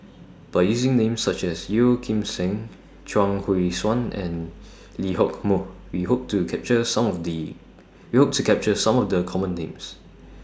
By using Names such as Yeo Kim Seng Chuang Hui Tsuan and Lee Hock Moh We Hope to capture Some of The We Hope to capture Some of The Common Names